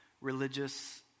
religious